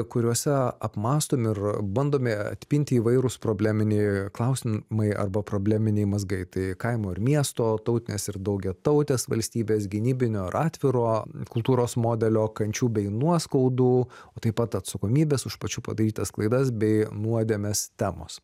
kuriuose apmąstomi ir bandomi atpinti įvairūs probleminiai klausim mai arba probleminiai mazgai tai kaimo ir miesto tautinės ir daugiatautės valstybės gynybinio ar atviro kultūros modelio kančių bei nuoskaudų o taip pat atsakomybės už pačių padarytas klaidas bei nuodėmes temos